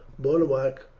boduoc,